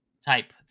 Type